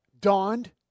dawned